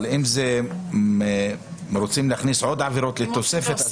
אבל אם רוצים להכניס עוד עבירות לתוספת,